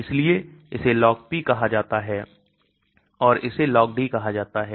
इसलिए इसे LogP कहा जाता है और इसे LogD कहा जाता है